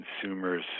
consumer's